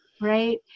right